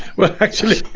well actually